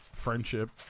friendship